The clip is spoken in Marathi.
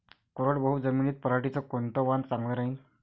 कोरडवाहू जमीनीत पऱ्हाटीचं कोनतं वान चांगलं रायीन?